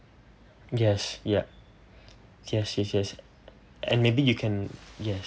yes ya yes yes yes and maybe you can yes